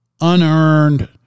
unearned